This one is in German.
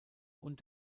und